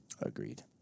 Agreed